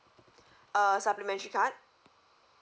uh supplementary card